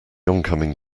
oncoming